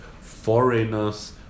foreigners